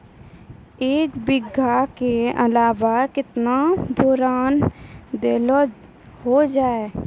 एक बीघा के अलावा केतना बोरान देलो हो जाए?